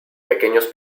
pequeños